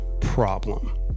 problem